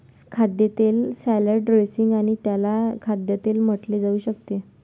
खाद्यतेल salad dressing आणि त्याला खाद्यतेल म्हटले जाऊ शकते